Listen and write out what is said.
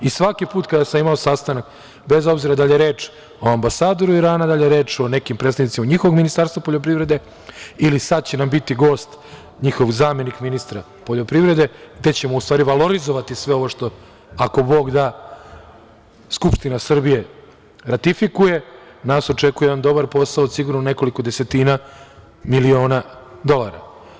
Svaki put kada sam imao sastanak bez obzira da li je reč o ambasadoru Irana, da li je reč o nekim predstavnicima njihovog ministarstva poljoprivrede ili sad će nam biti gost njihov zamenik ministra poljoprivrede, gde ćemo u stvari valorizovati sve ovo što, ako Bog da, Skupština Srbije ratifikuje, nas očekujemo jedan dobar posao od sigurno nekoliko desetina miliona dolara.